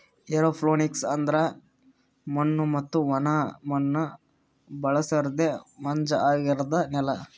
aeroponics ಅಂದುರ್ ಮಣ್ಣು ಮತ್ತ ಒಣ ಮಣ್ಣ ಬಳುಸಲರ್ದೆ ಮಂಜ ಆಗಿರದ್ ನೆಲ